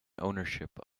ownership